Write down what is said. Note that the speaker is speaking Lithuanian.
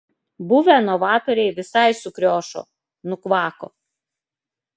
buvę novatoriai visai sukriošo nukvako